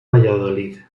valladolid